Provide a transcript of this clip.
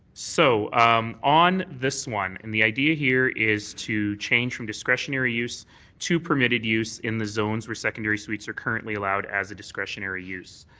so on this one and the idea here is to change from discretionary use to permitted use in the zones for secondary suites are currently allowed as a discretionary use.